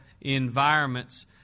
Environments